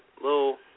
little